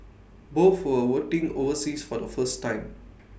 both were voting overseas for the first time